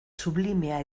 sublimea